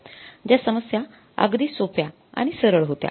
ज्या समस्या अगदी सोप्प्या आणि सरळ होत्या